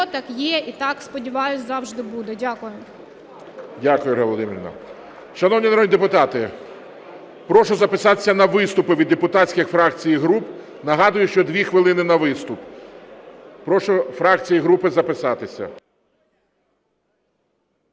Так є. І так, сподіваюсь, завжди буде. Дякую. ГОЛОВУЮЧИЙ. Дякую, Ольга Володимирівна. Шановні народні депутати, прошу записатися на виступи від депутатських фракцій і груп. Нагадую, що дві хвилини на виступ. Прошу фракції і групи записатися.